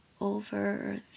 over